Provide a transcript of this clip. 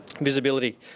Visibility